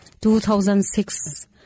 2006